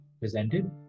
presented